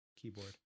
keyboard